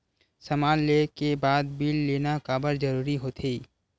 समान ले के बाद बिल लेना काबर जरूरी होथे?